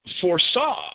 foresaw